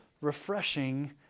refreshing